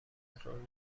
نمیخوابم